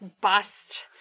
bust